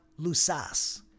lusas